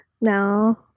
No